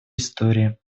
истории